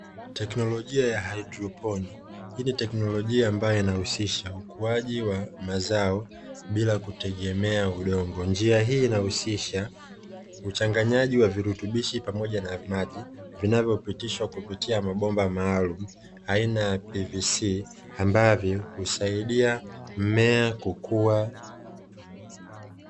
Teknolojia ya haidroponi, hii ni teknolojia ambayo inahusisha ukuaji wa mazao bila kutegemea udongo; njia hii inahusisha huchanganyaji wa virutubishi pamoja na maji; vinavyopitishwa kupitia mabomba maalumu aina ya PVC, ambavyo husaidia mmea kukua.